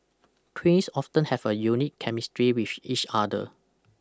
twins often have a unique chemistry with each other